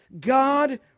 God